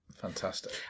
Fantastic